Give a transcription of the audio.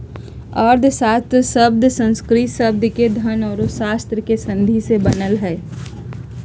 अर्थशास्त्र शब्द संस्कृत शब्द के धन औरो शास्त्र के संधि से बनलय हें